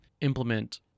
implement